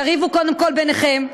תריבו קודם כול ביניכם,